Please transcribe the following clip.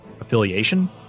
affiliation